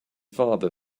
father